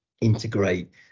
integrate